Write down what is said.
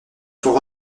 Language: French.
faut